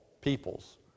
peoples